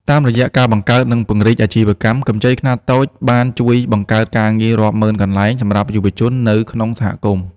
តាមរយៈការបង្កើត និងពង្រីកអាជីវកម្ម កម្ចីខ្នាតតូចបានជួយបង្កើតការងាររាប់ម៉ឺនកន្លែងសម្រាប់យុវជននៅក្នុងសហគមន៍។